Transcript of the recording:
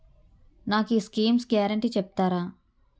నాకు ఈ schemes guarantee చెప్తారా?